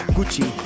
Gucci